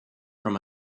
from